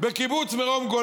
גם היום בדקנו,